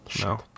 no